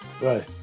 Right